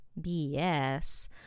BS